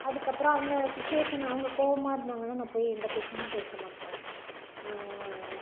அதுக்கு அப்பறம் அவுங்க சுச்சுவேஷனு அவங்க கோபமா இருந்தாங்கன்னால் நான் போய் எந்த கொஷினும் கேட்கமாட்டேன்